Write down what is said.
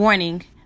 Warning